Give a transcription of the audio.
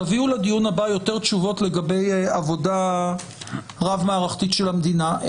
תביאו לדיון הבא יותר תשובות לגבי עבודה רב מערכתית של המדינה.